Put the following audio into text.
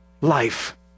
life